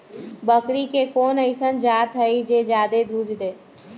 बकरी के कोन अइसन जात हई जे जादे दूध दे?